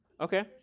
Okay